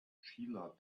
shiela